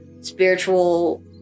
spiritual